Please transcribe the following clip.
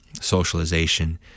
socialization